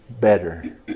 better